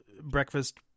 breakfast